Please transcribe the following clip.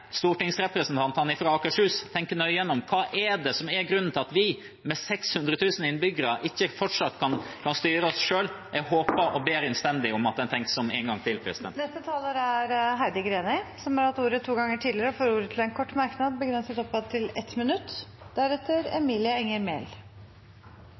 stortingsrepresentantene fra Akershus tenke nøye gjennom hva som er grunnen til at vi, med 600 000 innbyggere, ikke fortsatt kan styre oss selv. Jeg håper og ber innstendig om at en tenker seg om en gang til. Representanten Heidi Greni har hatt ordet to ganger tidligere og får ordet til en kort merknad, begrenset til 1 minutt.